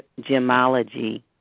gemology